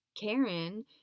Karen